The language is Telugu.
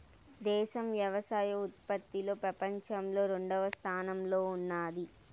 దేశం వ్యవసాయ ఉత్పత్తిలో పపంచంలో రెండవ స్థానంలో ఉన్నాది